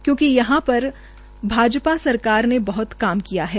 क्योंकि वहां पर भाजपा सरकार ने बहत काम किया है